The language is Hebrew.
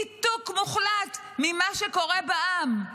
ניתוק מוחלט ממה שקורה בעם.